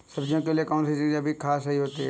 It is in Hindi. सब्जियों के लिए कौन सी जैविक खाद सही होती है?